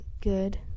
good